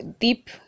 deep